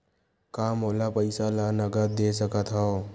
का मोला पईसा ला नगद दे सकत हव?